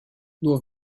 nur